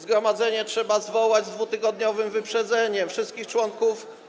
Zgromadzenie trzeba zwołać z dwutygodniowym wyprzedzeniem, wszystkich członków trzeba